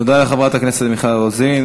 תודה לחברת הכנסת מיכל רוזין.